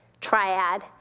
triad